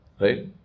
right